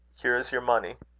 here is your money.